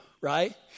right